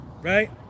right